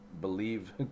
believe